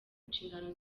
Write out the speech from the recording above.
nshingano